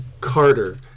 Carter